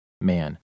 man